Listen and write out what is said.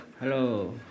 Hello